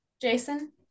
jason